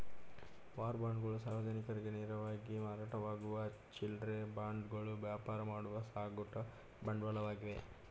war ಬಾಂಡ್ಗಳು ಸಾರ್ವಜನಿಕರಿಗೆ ನೇರವಾಗಿ ಮಾರಾಟವಾಗುವ ಚಿಲ್ಲ್ರೆ ಬಾಂಡ್ಗಳು ವ್ಯಾಪಾರ ಮಾಡುವ ಸಗಟು ಬಾಂಡ್ಗಳಾಗಿವೆ